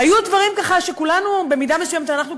היו דברים שכולנו, במידה מסוימת, אנחנו כחברה,